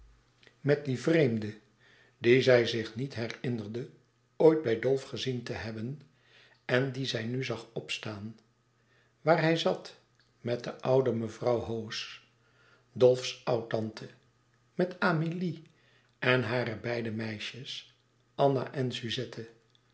met dien vreemde dien zij zich niet herinnerde ooit bij dolf gezien te hebben en dien zij nu zag opstaan waar hij zat met de oude mevrouw hoze dolfs oud-tante met amélie en haar beide meisjes anna en suzette